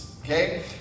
Okay